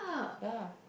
ya